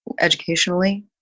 educationally